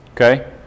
okay